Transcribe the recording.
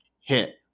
hit